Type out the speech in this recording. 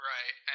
Right